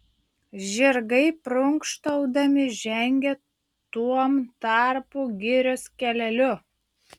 žirgai prunkštaudami žengė tuom tarpu girios keleliu